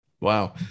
Wow